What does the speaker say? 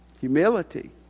humility